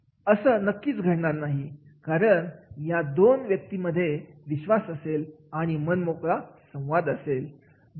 असं नक्कीच घडणार नाही कारण या दोन व्यक्ती मध्ये विश्वास असेल आणि मनमोकळा संवाद असेल